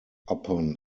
upon